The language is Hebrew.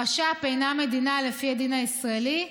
הרש"פ אינה מדינה לפי הדין הישראלי,